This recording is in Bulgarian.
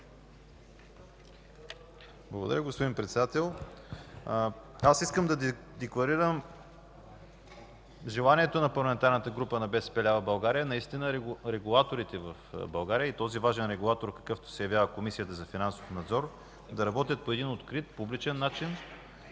Благодаря, господин Председател. Аз искам да декларирам желанието на Парламентарната група на БСП лява България регулаторите в България и този важен регулатор, какъвто се явява Комисията за финансов надзор, да работят по един открит, публичен начин,